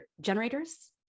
generators